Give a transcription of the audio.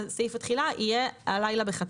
סעיף התחילה יהיה הלילה בחצות.